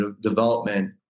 development